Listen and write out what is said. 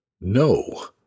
No